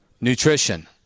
Nutrition